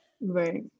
Right